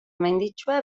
menditsua